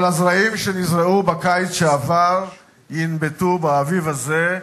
אבל הזרעים שנזרעו בקיץ שעבר ינבטו באביב הזה,